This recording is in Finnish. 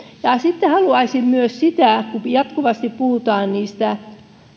sitten haluaisin kysyä myös kun kun jatkuvasti puhutaan niistä